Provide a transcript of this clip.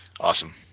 Awesome